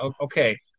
okay